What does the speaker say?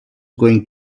going